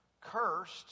Cursed